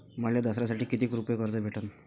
मले दसऱ्यासाठी कितीक रुपये कर्ज भेटन?